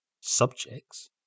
subjects